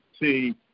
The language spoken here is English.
see